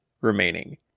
remaining